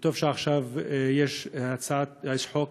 וטוב שעכשיו יש חוק,